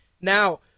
Now